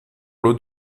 lot